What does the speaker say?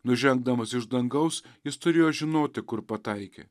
nužengdamas iš dangaus jis turėjo žinoti kur pataikė